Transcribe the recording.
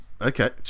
Okay